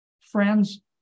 friends